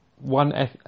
one